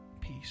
peace